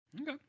Okay